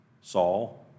Saul